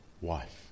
wife